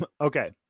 Okay